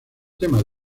temas